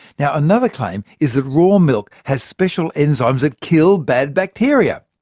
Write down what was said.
yeah another claim is that raw milk has special enzymes that kill bad bacteria.